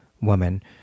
woman